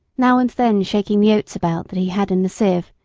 now and then shaking the oats about that he had in the sieve,